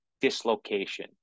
dislocation